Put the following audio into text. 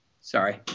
Sorry